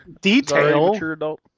detail